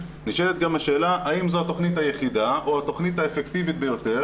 נשאלת גם השאלה האם זו התכנית היחידה או התכנית האפקטיבית ביותר,